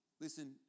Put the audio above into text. Listen